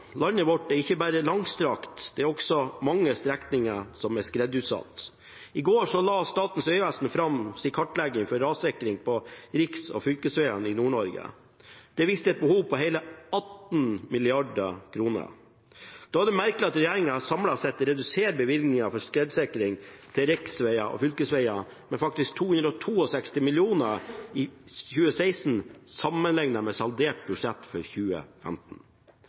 Landet vårt er ikke bare langstrakt, det er også mange strekninger som er skredutsatt. I går la Statens vegvesen fram sin kartlegging for rassikring på riks- og fylkesvegene i Nord-Norge. Det viste et behov på hele 18 mrd. kr. Da er det merkelig at regjeringen samlet sett reduserer bevilgningen til skredsikring for riksveger og fylkesveger med 262 mill. kr i 2016 sammenlignet med saldert budsjett for 2015.